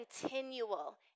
continual